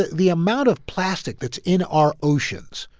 the the amount of plastic that's in our oceans.